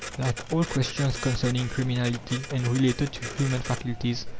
like all questions concerning criminality and related to human faculties,